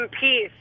Peace